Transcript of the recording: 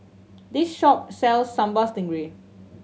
this shop sells Sambal Stingray